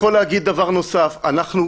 ובהסעה אחת פותרים קפסולה אחת הלוך-חזור.